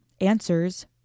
answers